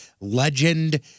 legend